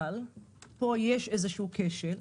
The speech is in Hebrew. אבל יש פה כשל.